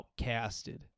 Outcasted